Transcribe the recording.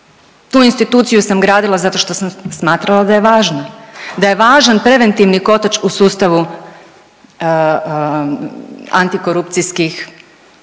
Tu instituciju sam gradila zato što sam smatrala da je važna. Da je važan preventivni kotač u sustavu antikorupcijskih